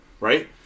right